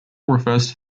refers